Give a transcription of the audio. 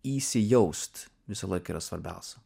įsijaust visąlaik yra svarbiausia